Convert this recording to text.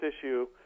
issue